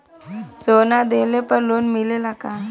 सोना दिहला पर लोन मिलेला का?